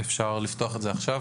אפשר לפתוח את זה עכשיו,